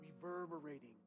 reverberating